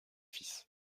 fils